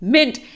Mint